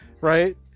Right